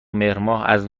مهرماه، از